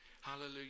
Hallelujah